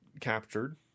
captured